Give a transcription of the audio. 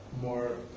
more